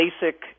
basic